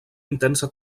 intensa